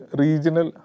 regional